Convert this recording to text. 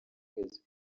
kwezi